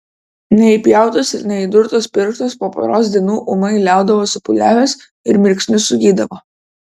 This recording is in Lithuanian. neįpjautas ir neįdurtas pirštas po poros dienų ūmai liaudavosi pūliavęs ir mirksniu sugydavo